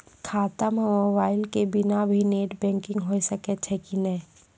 खाता म मोबाइल के बिना भी नेट बैंकिग होय सकैय छै कि नै?